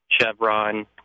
Chevron